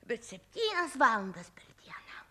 bet septynias valandas per dieną